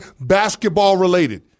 basketball-related